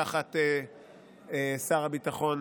תחת שר הביטחון